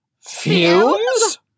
Fumes